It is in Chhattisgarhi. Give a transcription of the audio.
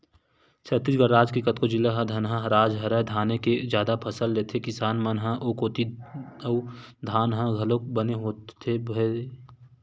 छत्तीसगढ़ राज के कतको जिला ह धनहा राज हरय धाने के जादा फसल लेथे किसान मन ह ओ कोती अउ धान ह होथे घलोक बने भई